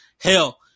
Hell